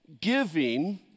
giving